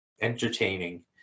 entertaining